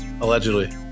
allegedly